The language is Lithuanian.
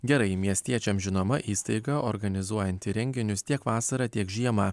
gerai miestiečiams žinoma įstaiga organizuojanti renginius tiek vasarą tiek žiemą